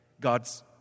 God's